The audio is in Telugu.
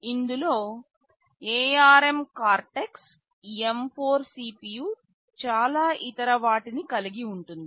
ఇందులో ARM కార్టెక్స్ M4 CPU చాలా ఇతర వాటిని కలిగి ఉంటుంది